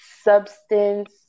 substance